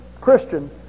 Christian